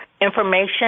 information